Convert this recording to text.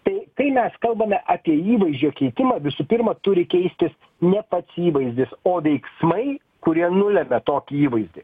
tai kai mes kalbame apie įvaizdžio keitimą visų pirma turi keistis ne pats įvaizdis o veiksmai kurie nulemia tokį įvaizdį